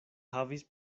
havis